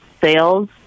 sales